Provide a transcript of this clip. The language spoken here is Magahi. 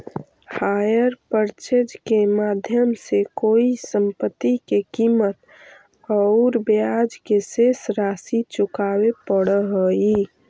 हायर पर्चेज के माध्यम से कोई संपत्ति के कीमत औउर ब्याज के शेष राशि चुकावे पड़ऽ हई